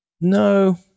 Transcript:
No